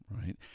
right